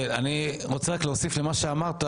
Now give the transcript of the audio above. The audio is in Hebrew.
אני רוצה להפריד בין שני הדברים שאמרת